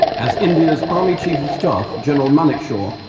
as india's army chief of staff, general manekshaw,